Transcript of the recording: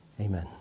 Amen